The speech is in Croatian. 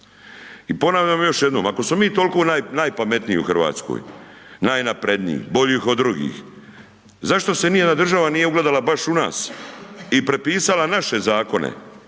I ponavljam još jednom, ako smo mi tolko najpametniji u RH, najnapredniji, boljih od drugih, zašto se nijedna država nije ugledala baš u nas i prepisala naše zakone?